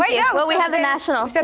ah yeah, well we have a national